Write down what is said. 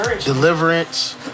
deliverance